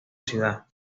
ciudad